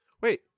Wait